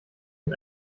mit